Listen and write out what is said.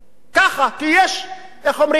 ככה, כי יש, איך אומרים, מודה.